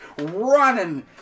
running